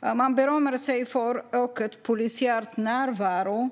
Han berömmer sig också av polisiär närvaro.